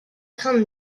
craindre